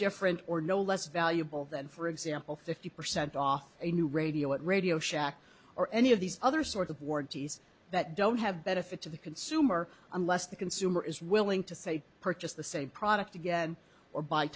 different or no less valuable than for example fifty percent off a new radio at radio shack or any of these other sorts of warranties that don't have benefit to the consumer unless the consumer is willing to say purchase the same product again or b